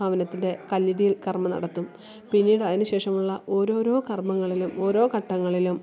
ഭവനത്തിന്റെ കല്ലിടീല് കര്മ്മം നടത്തും പിന്നീട് അതിനുശേഷമുള്ള ഓരോരോ കര്മ്മങ്ങളിലും ഓരോ ഘട്ടങ്ങളിലും